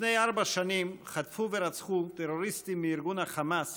לפני ארבע שנים חטפו ורצחו טרוריסטים מארגון החמאס